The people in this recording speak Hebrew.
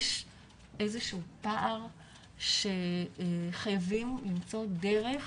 יש איזה שהוא פער שחייבים למצוא דרך